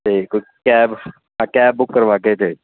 ਅਤੇ ਕੋਈ ਕੈਬ ਹਾਂ ਕੈਬ ਬੁੱਕ ਕਰਵਾ ਕੇ ਦੇ